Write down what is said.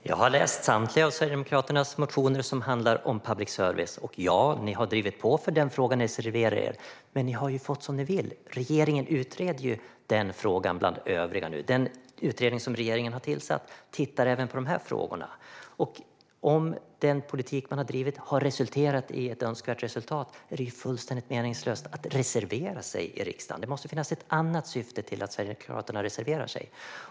Herr talman! Jag har läst samtliga Sverigedemokraternas motioner om public service. Ja, ni har drivit på i den fråga där ni reserverar er, men ni har ju fått som ni vill! Regeringen utreder nu den frågan bland övriga frågor. Den utredning som regeringen har tillsatt tittar även på de här frågorna. Om den politik man har drivit har lett till ett önskat resultat är det ju fullständigt meningslöst att reservera sig. Det måste finnas ett annat syfte med att Sverigedemokraterna reserverar sig.